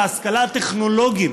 להשכלה הטכנולוגית,